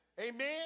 Amen